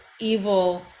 evil